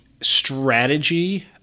strategy